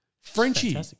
Frenchie